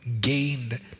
gained